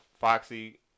Foxy